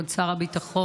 כבוד שר הביטחון,